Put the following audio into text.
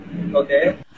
okay